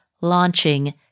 launching